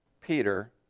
Peter